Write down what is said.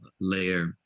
layer